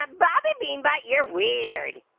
um baldi bean butt, you're weird.